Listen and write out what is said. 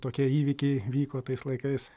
tokie įvykiai vyko tais laikais